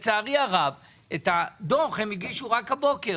כשלצערי הרב את הדוח הם הגישו רק הבוקר.